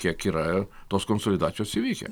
kiek yra tos konsolidacijos įvykę